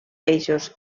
peixos